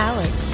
Alex